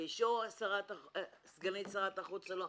באישור סגנית שרת החוץ או לא,